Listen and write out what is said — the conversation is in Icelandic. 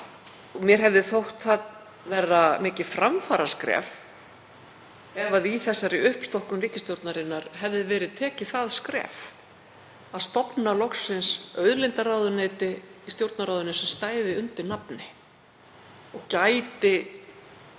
mér hefði þótt það vera mikið framfaraskref ef í þessari uppstokkun ríkisstjórnarinnar hefði verið tekið það skref að stofna loksins auðlindaráðuneyti í Stjórnarráðinu sem stæði undir nafni, hefði